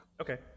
Okay